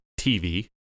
TV